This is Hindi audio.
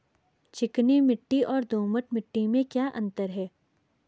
चिकनी मिट्टी और दोमट मिट्टी में क्या अंतर है?